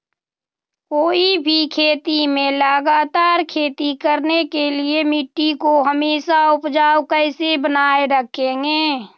कोई भी खेत में लगातार खेती करने के लिए मिट्टी को हमेसा उपजाऊ कैसे बनाय रखेंगे?